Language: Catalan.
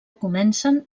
comencen